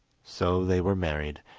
so they were married,